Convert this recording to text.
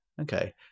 Okay